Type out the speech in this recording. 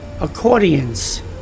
accordions